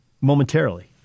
momentarily